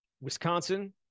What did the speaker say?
Wisconsin